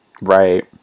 Right